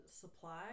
supply